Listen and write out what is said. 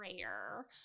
rare